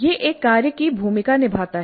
यह एक कार्य की भूमिका निभाता है